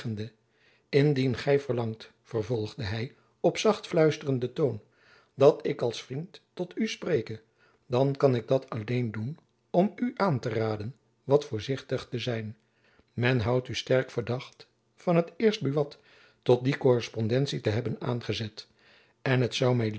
indien gy verlangt vervolgde hy op zacht fluisterenden toon dat ik als vriend tot u spreke dan kan ik dat alleen doen om u aan te raden wat voorzichtig te zijn men houdt u sterk verdacht van lennep elizabeth musch van t eerst buat tot die korrespondentie te hebben aangezet en het zoû my